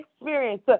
experience